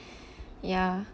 ya